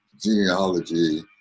genealogy